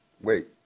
wait